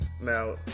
Now